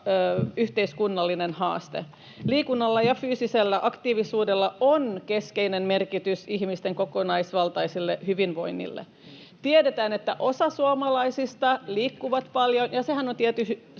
yhteiskunnallinen haaste. Liikunnalla ja fyysisellä aktiivisuudella on keskeinen merkitys ihmisten kokonaisvaltaiselle hyvinvoinnille. Tiedetään, että osa suomalaisista liikkuu paljon, ja sehän on tietysti